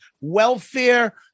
welfare